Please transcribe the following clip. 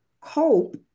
cope